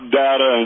data